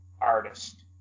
artist